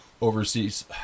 overseas